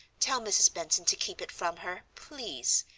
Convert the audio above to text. tell mrs. benson to keep it from her, please.